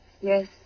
Yes